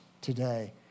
today